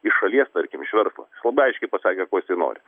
iš šalies tarkim iš verslo labai aiškiai pasakė ko jisai nori